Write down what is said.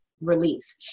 release